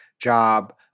Job